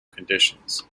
conditions